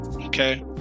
Okay